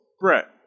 Brett